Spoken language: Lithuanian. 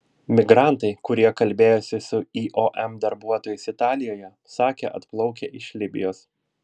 migrantai kurie kalbėjosi su iom darbuotojais italijoje sakė atplaukę iš libijos